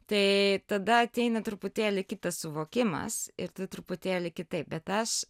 tai tada ateina truputėlį kitas suvokimas ir truputėlį kitaip bet aš